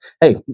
hey